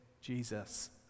Jesus